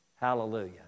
Hallelujah